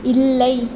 இல்லை